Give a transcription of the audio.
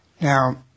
Now